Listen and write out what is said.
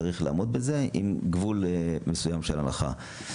צריך לעמוד בזה עם גבול מסוים של הנחה.